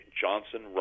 johnson